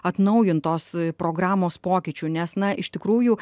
atnaujintos programos pokyčių nes na iš tikrųjų